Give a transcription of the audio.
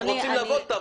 אתם רוצים לעבוד תעבדו.